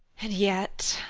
and yet,